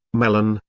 melon,